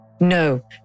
No